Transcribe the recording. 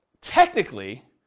technically